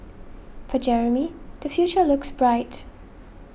for Jeremy the future looks bright